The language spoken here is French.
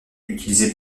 utilisée